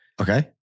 Okay